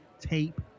tape